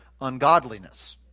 ungodliness